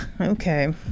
Okay